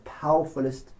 powerfulest